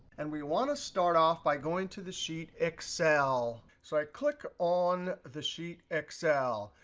and we want to start off by going to the sheet excel. so i click on the sheet excel.